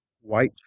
white